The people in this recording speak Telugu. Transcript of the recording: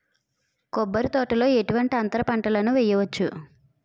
కొబ్బరి తోటలో ఎటువంటి అంతర పంటలు వేయవచ్చును?